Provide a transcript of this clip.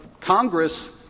Congress